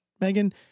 Megan